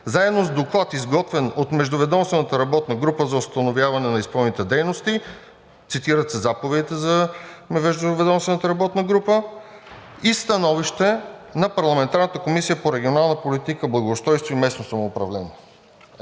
заедно с доклад, изготвен от междуведомствената работна група за установяване на изпълнените дейности – цитират се заповедите за въвеждане на ведомствената работна група – и становище на Парламентарната комисия по регионална политика, благоустройство и местно самоуправление.“